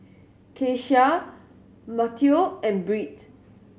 Keshia Matteo and Britt